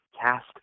cast